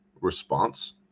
response